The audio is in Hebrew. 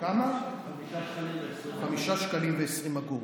5.20 שקלים.